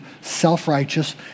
self-righteous